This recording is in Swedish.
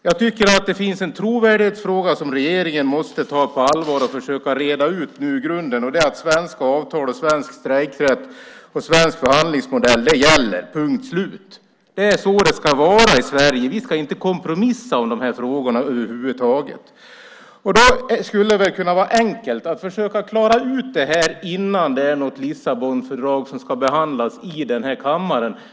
Jag tycker att det finns en trovärdighetsfråga som regeringen måste ta på allvar och försöka reda ut i grunden, och det är att svenska avtal, svensk strejkrätt och svensk förhandlingsmodell gäller - punkt slut. Det är så det ska vara i Sverige. Vi ska inte kompromissa om de här frågorna över huvud taget! Det skulle väl vara enkelt att försöka klara ut det här innan något Lissabonfördrag ska behandlas i den här kammaren.